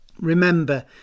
Remember